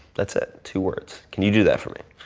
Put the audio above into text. that's it, two words. can you do that for me?